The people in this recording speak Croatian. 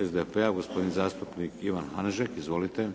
SDP-a, gospodin zastupnik Ivan Hanžek. Izvolite.